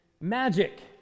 magic